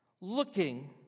looking